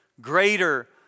greater